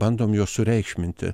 bandom juos sureikšminti